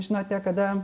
žinote kada